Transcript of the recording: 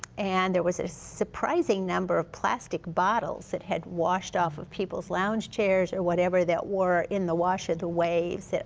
and there was a surprising number of plastic bottles that had washed off of people's lounge chairs or whatever that were in the wash of the waves.